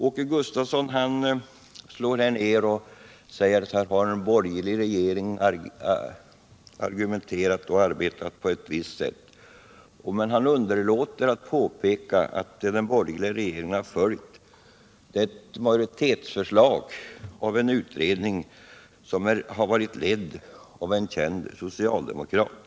I det här sammanhanget slår Åke Gustavsson ned på den borgerliga regeringen och säger att den har argumenterat och arbetat på ett visst sätt. Men han underlåter att påpeka att den borgerliga regeringen här har följt ett majoritetsförslag av en utredning som letts av en känd socialdemokrat.